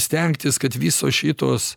stengtis kad visos šitos